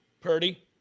purdy